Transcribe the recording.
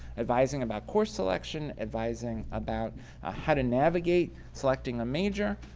advising about course selection, advising about ah how to navigate selecting a major.